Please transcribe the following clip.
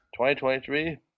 2023